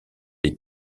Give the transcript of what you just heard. des